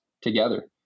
together